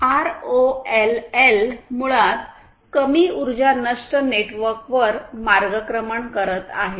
ROLL मुळात कमी उर्जा नष्ट नेटवर्कवर मार्गक्रमण करत आहे